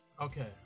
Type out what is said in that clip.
Okay